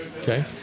Okay